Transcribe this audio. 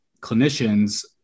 clinicians